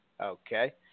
Okay